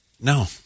No